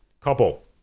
couple